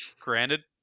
granted